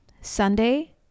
Sunday